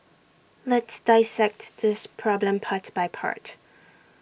let's dissect this problem part by part